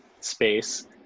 space